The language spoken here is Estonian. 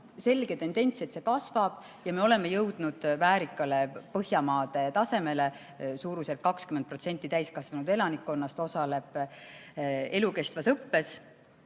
selge tendents ja me oleme jõudnud väärikale Põhjamaade tasemele. Suurusjärgus 20% täiskasvanud elanikkonnast osaleb elukestvas õppes.